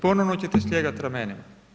Ponovno ćete slijegati ramenima.